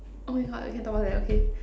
oh my God we can talk about that okay